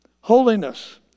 holiness